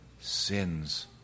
sins